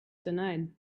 denied